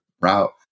route